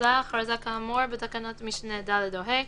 בוטלה ההכרזה כאמור בתקנת משנה (ד) או (ה),